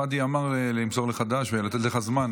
פאדי אמר למסור לך ד"ש ולתת לזה זמן,